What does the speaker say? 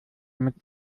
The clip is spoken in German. mit